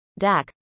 DAC